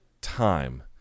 time